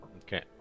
Okay